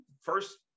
first